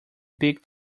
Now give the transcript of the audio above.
big